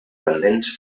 pendents